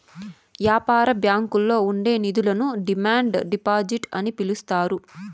యాపార బ్యాంకుల్లో ఉండే నిధులను డిమాండ్ డిపాజిట్ అని పిలుత్తారు